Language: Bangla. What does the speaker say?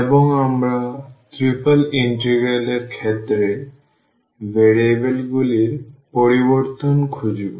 এবং আমরা ট্রিপল ইন্টিগ্রাল এর ক্ষেত্রে ভেরিয়েবলগুলির পরিবর্তন খুঁজব